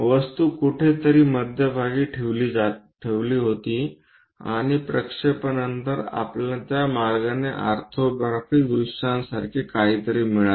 वस्तू कुठेतरी मध्यभागी ठेवला होता आणि प्रक्षेपणनंतर आपल्याला त्या मार्गाने ऑर्थोग्राफिक दृश्यांसारखे काहीतरी मिळाले